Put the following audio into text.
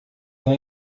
não